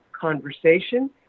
conversation